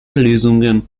lösungen